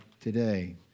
today